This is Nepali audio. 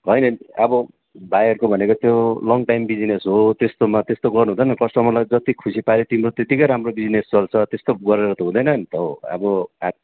होइन अब भाइहरूको भनेको त्यो लङ टाइम बिजनेस हो त्यस्तोमा त्यस्तो गर्नु हुँदैन कस्टामरलाई जति खुसी पार्यो तिमीलाई त्यति नै राम्रो बिजनिस चल्छ त्यस्तो गरेर त हुँदैन नि त हौ अब